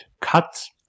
cuts